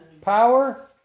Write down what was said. power